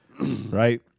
right